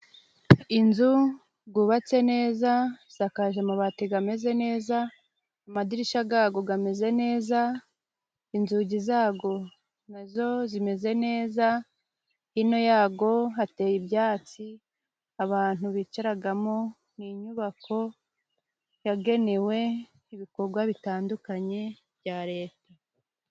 Inzu yubatse neza isakaje amabati ameze neza, amadirishya yayo ameze neza inzugi zayo nazo zimeze neza, hino yayo hateye ibyatsi abantu bicaramo. Ni inyubako yagenewe ibikorwa bitandukanye bya leta.